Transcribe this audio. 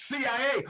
CIA